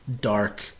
dark